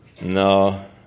No